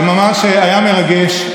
זה ממש היה מרגש.